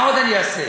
מה עוד אני אעשה?